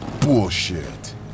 Bullshit